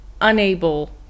unable